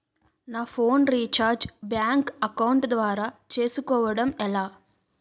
నా phone recharge bank account ద్వారా చేసుకోవటం ఎలా?